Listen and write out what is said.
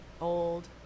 old